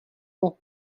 ans